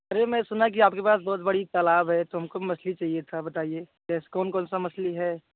अरे मैं सुना कि आपके पास बहुत बड़ी तालाब है तो हमको मछली चाहिए था बताइए कैस कौन कौनसी मछली है